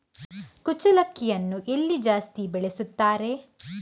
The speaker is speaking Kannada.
ಕುಚ್ಚಲಕ್ಕಿಯನ್ನು ಎಲ್ಲಿ ಜಾಸ್ತಿ ಬೆಳೆಸುತ್ತಾರೆ?